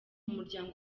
muryango